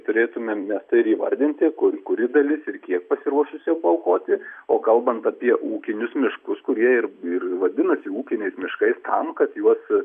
turėtumėm mes tai ir įvardinti kur kuri dalis ir kiek pasiruošusi paaukoti o kalbant apie ūkinius miškus kurie ir ir vadinasi ūkiniais miškai tam kad juos